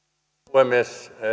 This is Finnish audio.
puhemies